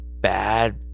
bad